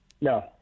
No